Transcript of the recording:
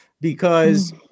because-